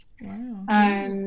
Wow